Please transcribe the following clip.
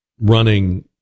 running